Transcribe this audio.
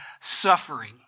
suffering